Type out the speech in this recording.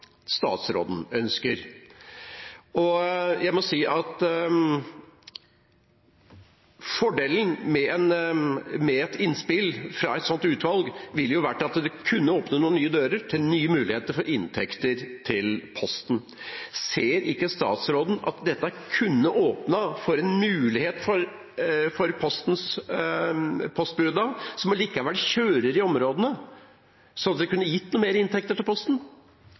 statsråden ønsker. Jeg må si at fordelen med et innspill fra et sånt utvalg ville vært at det kunne åpnet noen nye dører til nye inntektsmuligheter for Posten. Ser ikke statsråden at dette kunne åpnet for en mulighet for postbudene, som allikevel kjører i områdene, sånn at det kunne gitt noe mer inntekter til Posten?